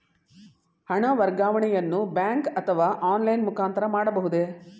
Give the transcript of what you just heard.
ಹಣ ವರ್ಗಾವಣೆಯನ್ನು ಬ್ಯಾಂಕ್ ಅಥವಾ ಆನ್ಲೈನ್ ಮುಖಾಂತರ ಮಾಡಬಹುದೇ?